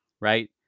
right